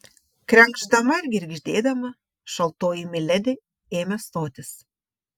krenkšdama ir girgždėdama šaltoji miledi ėmė stotis